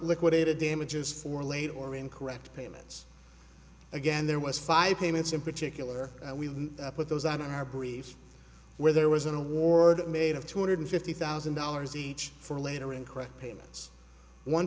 liquidated damages for late or incorrect payments again there was five payments in particular and we put those on our briefs where there was an award made of two hundred fifty thousand dollars each for later incorrect payments one